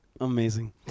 Amazing